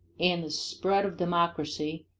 and the spread of democracy,